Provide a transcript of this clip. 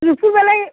দুপুর বেলায়